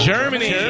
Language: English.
Germany